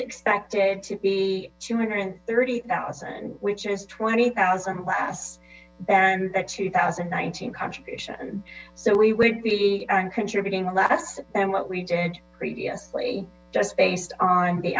expected to be two hundred thirty thousand which is twenty thousand less than that two thousand nineteen contribution so we would be contributing less than what wedid previously just based on the